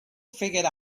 figured